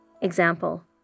Example